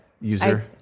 user